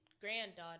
granddaughter